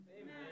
Amen